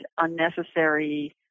unnecessary